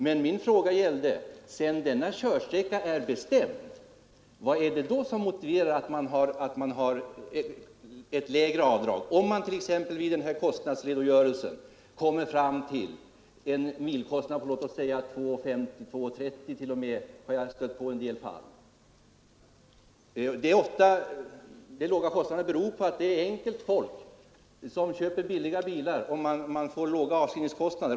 Men min fråga gäller: Sedan denna körsträcka är bestämd, vad är det då som motiverar ett lägre avdrag? I kostnadsredogörelsen kanske man kommer fram till en milkostnad på låt oss säga 2:50 eller t.o.m. så lågt som 2:30, som jag har stött på i en del fall. De låga kostnaderna beror ofta på att det är folk med låga inkomster som köper billiga bilar och får låga avskrivningskostnader.